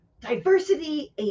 diversity